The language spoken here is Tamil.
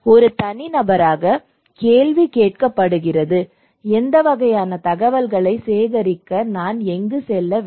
ஒரு தனிநபராக கேள்வி கேட்கப்படுகிறது எந்த வகையான தகவல்களை சேகரிக்க நான் எங்கு செல்ல வேண்டும்